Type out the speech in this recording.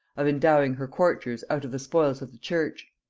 of endowing her courtiers out of the spoils of the church.